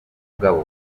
mugabo